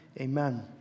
Amen